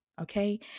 Okay